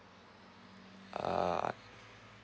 uh